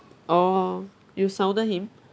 orh you sounded him